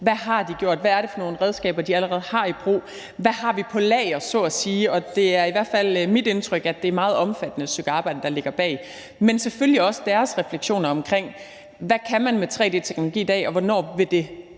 hvad de har gjort, hvad det er for nogle redskaber, de allerede har i brug, hvad vi så at sige har på lager – og det er i hvert fald mit indtryk, at det er et meget omfattende stykke arbejde, der ligger bag – men selvfølgelig også deres refleksioner omkring, hvad man kan med tre-d-teknologi i dag, og hvad det